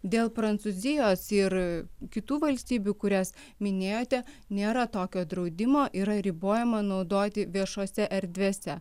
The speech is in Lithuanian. dėl prancūzijos ir kitų valstybių kurias minėjote nėra tokio draudimo yra ribojama naudoti viešose erdvėse